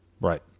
Right